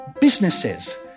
businesses